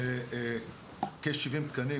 וכ-70 תקנים,